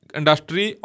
industry